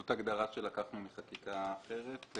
זאת הגדרה שלקחנו מחקיקה אחרת.